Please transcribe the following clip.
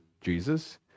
Jesus